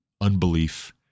unbelief